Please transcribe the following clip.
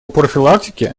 профилактике